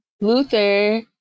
luther